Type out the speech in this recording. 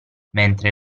mentre